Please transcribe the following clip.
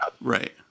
Right